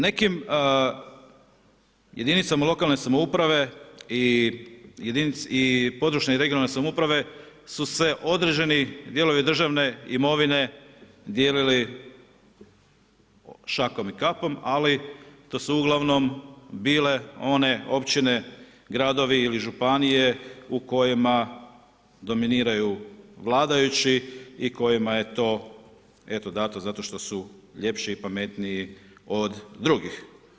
Nekim jedinicama lokalne samouprave i područne i regionalne samouprave su se određeni dijelovi državne imovine dijelili šakom i kapom, ali to su uglavnom bile one općine, gradovi ili županije u kojima dominiraju vladajući i kojima je to eto dato zato što su ljepši i pametniji od drugih.